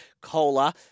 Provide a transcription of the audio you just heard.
Cola